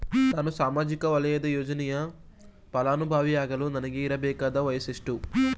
ನಾನು ಸಾಮಾಜಿಕ ವಲಯದ ಯೋಜನೆಯ ಫಲಾನುಭವಿಯಾಗಲು ನನಗೆ ಇರಬೇಕಾದ ವಯಸ್ಸುಎಷ್ಟು?